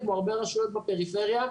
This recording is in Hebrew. כמו הרבה רשויות בפריפריה.